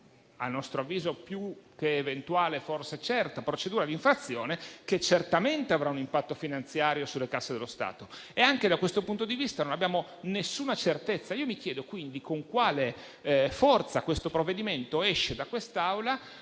(a nostro avviso, più che eventuale, certa) procedura di infrazione, che certamente avrà un impatto finanziario sulle casse dello Stato. Anche da questo punto di vista, noi non abbiamo nessuna certezza. Io mi chiedo, quindi, con quale forza questo provvedimento esca da quest'Aula